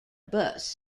bus